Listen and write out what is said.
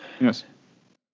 Yes